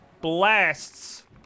blasts